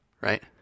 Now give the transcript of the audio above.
right